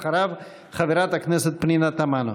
אחריו, חברת הכנסת פנינה תמנו.